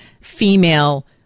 female